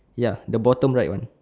ya the bottom right one